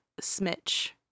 Smitch